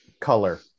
Color